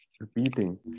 repeating